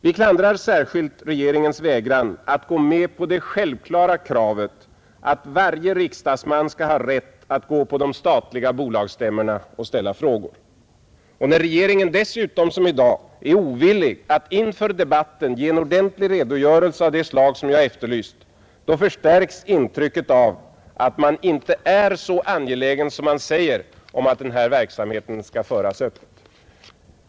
Vi klandrar särskilt regeringens vägran att gå med på det självklara kravet att varje riksdagsman skall ha rätt att gå på de statliga bolagsstämmorna och ställa frågor. Och när regeringen dessutom som i dag är ovillig att inför kammaren ge en ordentlig redogörelse av det slag som jag efterlyst, förstärks intrycket av att man inte är så angelägen som man säger om att den här verksamheten skall föras öppet.